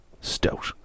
stout